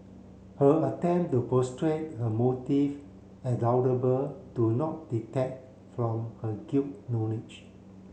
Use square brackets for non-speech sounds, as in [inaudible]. her attempt to [unintelligible] her motive as laudable do not detect from her guilt knowledge